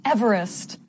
Everest